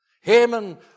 Haman